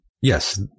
Yes